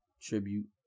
tribute